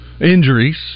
Injuries